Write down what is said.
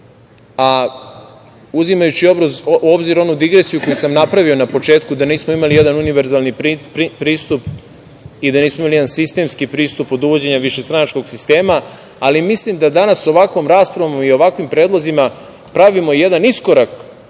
a uzimajući u obzir onu digresiju koju sam napravio na početku, da nisam imao jedan univerzalni pristup i da nismo imali jedan sistemski pristup od uvođenja višestranačkog sistema, ali mislim da danas ovakvom raspravom i ovakvim predlozima pravimo jedan iskorak